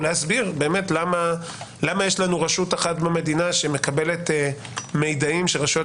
להסביר למה יש לנו רשות אחת במדינה שמקבלת מידעים שרשויות